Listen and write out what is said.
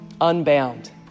unbound